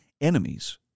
Enemies